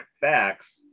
facts